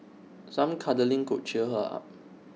some cuddling could cheer her up